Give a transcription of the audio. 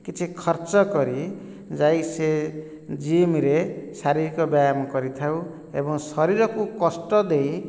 କିଛି ଖର୍ଚ୍ଚ କରି ଯାଇ ସେ ଜିମ୍ରେ ଶାରୀରିକ ବ୍ୟାୟାମ କରିଥାଉ ଏବଂ ଶରୀରକୁ କଷ୍ଟ ଦେଇ